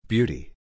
Beauty